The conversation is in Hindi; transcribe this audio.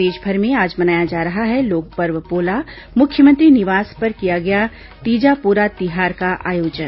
प्रदेशभर में आज मनाया जा रहा है लोक पर्व पोला मुख्यमंत्री निवास पर किया गया तीजा पोरा तिहार का आयोजन